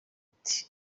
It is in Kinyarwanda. bati